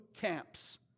camps